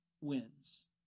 wins